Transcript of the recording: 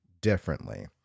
differently